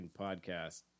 podcast